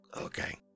Okay